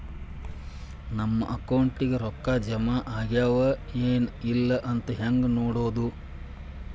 ನಮ್ಮ ಅಕೌಂಟಿಗೆ ರೊಕ್ಕ ಜಮಾ ಆಗ್ಯಾವ ಏನ್ ಇಲ್ಲ ಅಂತ ಹೆಂಗ್ ನೋಡೋದು?